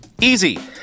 Easy